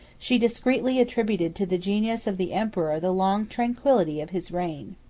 she discreetly attributed to the genius of the emperor the long tranquillity of his reign.